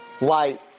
light